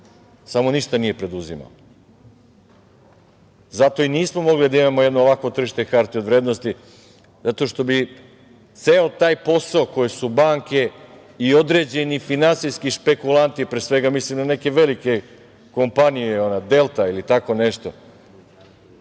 samo ništa nije preduzimao. Zato i nismo mogli da imamo jedno ovakvo tržište hartija od vrednosti, zato što ceo taj posao koje su banke i određeni finansijski špekulanti, pre svega mislim na neke velike kompanije, „Delta“ ili tako nešto,